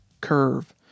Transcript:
curve